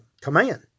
command